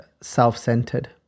self-centered